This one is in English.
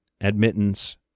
admittance